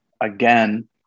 again